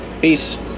Peace